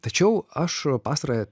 tačiau aš pastarąją